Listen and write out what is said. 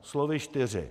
Slovy čtyři.